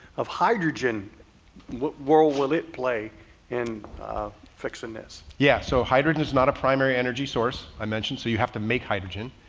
of hydrogen world? will it play in fixing this? yeah, so hydrogen is not a primary energy source i mentioned. so you have to make hydrogen.